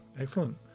excellent